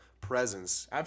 presence